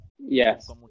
Yes